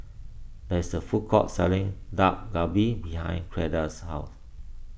there is a food court selling Dak Galbi behind Cleda's house